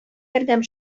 ярдәм